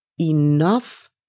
enough